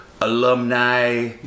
alumni